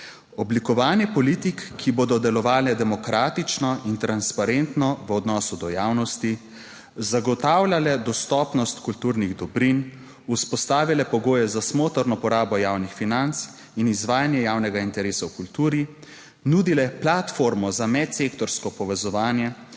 oblikovanje politik, ki bodo delovale demokratično in transparentno v odnosu do javnosti, zagotavljale dostopnost kulturnih dobrin, vzpostavile pogoje za smotrno porabo javnih financ in izvajanje javnega interesa v kulturi, nudile platformo za medsektorsko povezovanje,